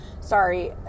sorry